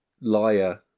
liar